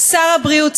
שר הבריאות,